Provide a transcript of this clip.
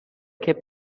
che